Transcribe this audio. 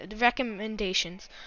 recommendations